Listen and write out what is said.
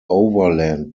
overland